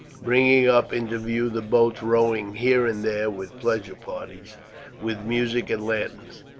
bringing up into view the boats rowing here and there with pleasure parties with music and lanterns,